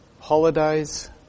holidays